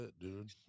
dude